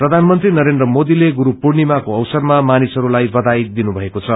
प्रधानमंत्री नरेन्द्र मोदीले बुरूपूर्णिकाको अवसरमा मानिसहरूलाई बथाई दिनुभएको छ